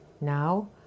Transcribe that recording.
Now